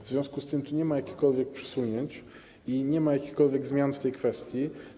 W związku z tym nie ma tu jakichkolwiek przesunięć, nie ma jakichkolwiek zmian w tej kwestii.